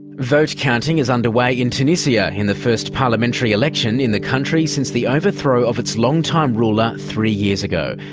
vote counting is underway in tunisia in the first parliamentary election in the country since the overthrow of its long-time ruler three years ago.